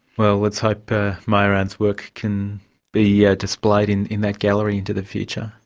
well, let's hope myuran's work can be yeah displayed in in that gallery into the future.